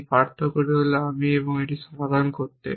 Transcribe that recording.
এই পার্থক্যটি হল আমি এবং এটি সমাধান করতে